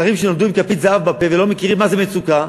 שרים שנולדו עם כפית זהב בפה ולא מכירים מה זה מצוקה,